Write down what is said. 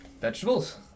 Vegetables